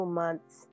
months